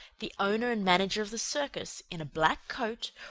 the owner and manager of the circus, in a black coat,